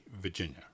Virginia